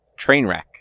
Trainwreck